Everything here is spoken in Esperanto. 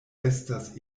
estas